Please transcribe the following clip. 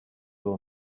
will